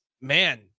man